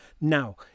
now